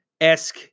esque